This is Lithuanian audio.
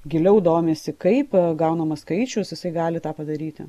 giliau domisi kaip gaunamas skaičius jisai gali tą padaryti